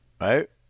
Right